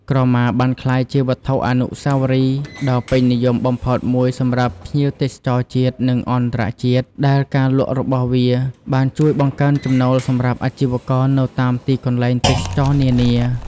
ក្រមាបានក្លាយជាវត្ថុអនុស្សាវរីយ៍ដ៏ពេញនិយមបំផុតមួយសម្រាប់ភ្ញៀវទេសចរណ៍ជាតិ និងអន្តរជាតិ ដែលការលក់របស់វាបានជួយបង្កើនចំណូលសម្រាប់អាជីវករនៅតាមទីកន្លែងទេសចរណ៍នានា។